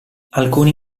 alcuni